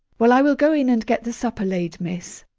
well, i will go in and get the supper laid, miss.